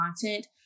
content